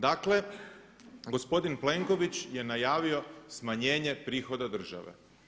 Dakle, gospodin Plenković je najavio smanjenje prihoda države.